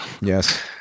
Yes